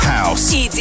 House